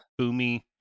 boomy